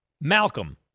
Malcolm